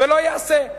ולא ייעשה.